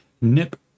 Nip